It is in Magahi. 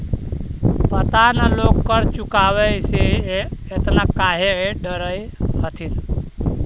पता न लोग कर चुकावे से एतना काहे डरऽ हथिन